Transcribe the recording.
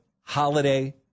holiday